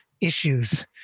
issues